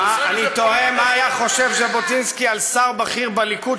אני תוהה מה היה חושב ז'בוטינסקי על שר בכיר בליכוד,